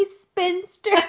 Spinster